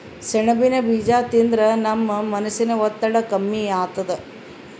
ಸೆಣಬಿನ್ ಬೀಜಾ ತಿಂದ್ರ ನಮ್ ಮನಸಿನ್ ಒತ್ತಡ್ ಕಮ್ಮಿ ಆತದ್